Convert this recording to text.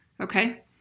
Okay